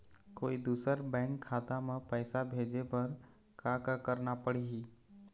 कोई दूसर बैंक खाता म पैसा भेजे बर का का करना पड़ही?